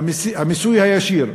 המיסוי הישיר,